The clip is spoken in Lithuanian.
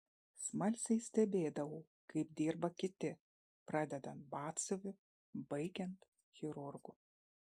smalsiai stebėdavau kaip dirba kiti pradedant batsiuviu baigiant chirurgu